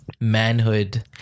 manhood